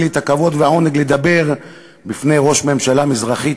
לי הכבוד והעונג לדבר בפני ראש ממשלה מזרחי.